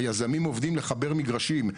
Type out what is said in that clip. היזמים עובדים לחבר מגרשים.